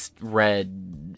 red